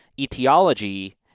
etiology